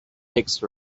text